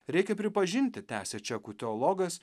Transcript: reikia pripažinti tęsia čekų teologas